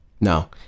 no